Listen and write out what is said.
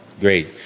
great